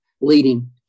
leading